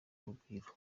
urugwiro